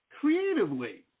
creatively